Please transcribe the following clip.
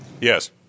Yes